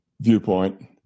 viewpoint